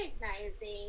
recognizing